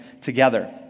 together